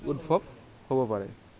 উদ্ভৱ হ'ব পাৰে